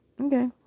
okay